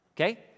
Okay